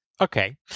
Okay